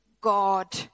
God